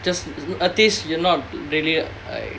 just a taste you're not really like